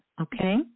Okay